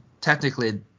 technically